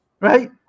right